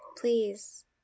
Please